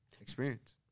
Experience